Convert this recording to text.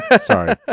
Sorry